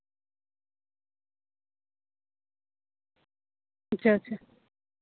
ᱟᱪᱪᱷᱟ ᱟᱪᱪᱷᱟ